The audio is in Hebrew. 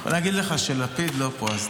אגיד לך שלפיד לא פה.